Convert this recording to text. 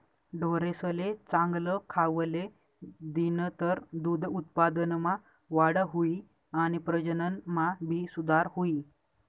ढोरेसले चांगल खावले दिनतर दूध उत्पादनमा वाढ हुई आणि प्रजनन मा भी सुधार हुई